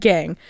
Gang